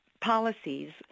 policies